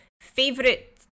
favorite